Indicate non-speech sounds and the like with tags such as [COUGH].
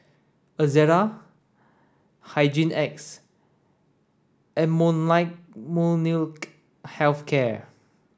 Ezerra Hygin X and [UNINTELLIGIBLE] Molnylcke health care